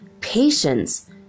patience